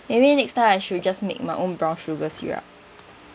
maybe next time I should just make my own brown sugar syrup